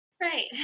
Right